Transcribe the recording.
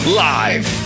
live